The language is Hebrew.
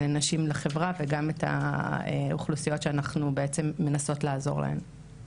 נשים לחברה וגם את האוכלוסיות שאנחנו בעצם מנסות לעזור להן ולייצג אותן.